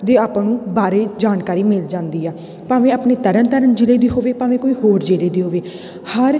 ਦੇ ਆਪਾਂ ਨੂੰ ਬਾਰੇ ਜਾਣਕਾਰੀ ਮਿਲ ਜਾਂਦੀ ਆ ਭਾਵੇਂ ਆਪਣੇ ਤਰਨ ਤਾਰਨ ਜ਼ਿਲ੍ਹੇ ਦੀ ਹੋਵੇ ਭਾਵੇਂ ਕੋਈ ਹੋਰ ਜ਼ਿਲ੍ਹੇ ਦੀ ਹੋਵੇ ਹਰ